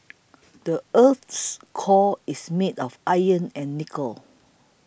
the earth's core is made of iron and nickel